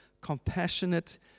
compassionate